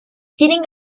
tienen